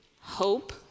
hope